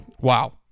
Wow